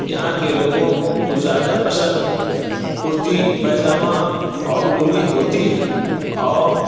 یہاں کے لوگوں کو زیادہ پسند کرتی پیجامہ اور لنگی ہوتی ہے اور